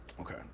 Okay